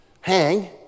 hang